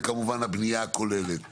כמובן, הבנייה הכוללת גם.